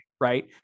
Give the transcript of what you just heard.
right